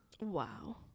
Wow